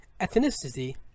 ethnicity